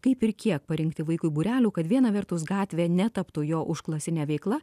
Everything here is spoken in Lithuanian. kaip ir kiek parinkti vaikui būrelių kad viena vertus gatvė netaptų jo užklasine veikla